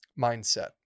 mindset